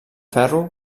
ferro